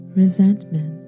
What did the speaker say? resentment